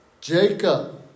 Jacob